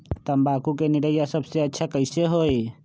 तम्बाकू के निरैया सबसे अच्छा कई से होई?